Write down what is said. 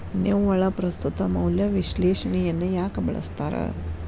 ನಿವ್ವಳ ಪ್ರಸ್ತುತ ಮೌಲ್ಯ ವಿಶ್ಲೇಷಣೆಯನ್ನ ಯಾಕ ಬಳಸ್ತಾರ